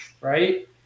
right